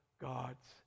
God's